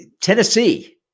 Tennessee